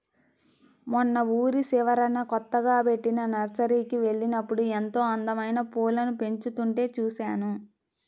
మొన్న ఊరి చివరన కొత్తగా బెట్టిన నర్సరీకి వెళ్ళినప్పుడు ఎంతో అందమైన పూలను పెంచుతుంటే చూశాను